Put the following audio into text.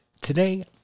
today